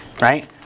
right